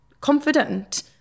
confident